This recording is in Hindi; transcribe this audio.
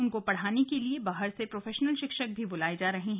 उनको पढ़ाने के लिए बाहर से प्रोफेशनल शिक्षक भी बुलाए जा रहे हैं